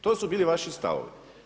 To su bili vaši stavovi.